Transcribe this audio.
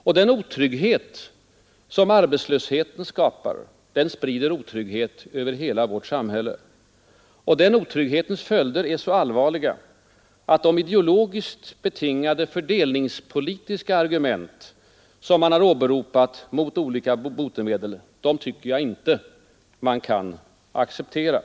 Och den otrygghet som arbetslösheten skapar sprider otrygghet över hela samhället. Den otrygghetens följder är så allvarliga, att de ideologiskt betingade fördelningspolitiska argument som man har åberopat mot olika botemedel inte kan accepteras.